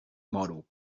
moro